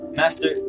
master